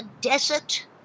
desert